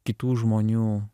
kitų žmonių